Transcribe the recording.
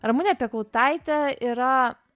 ramunė piekautaitė yra